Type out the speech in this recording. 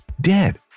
dead